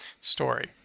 story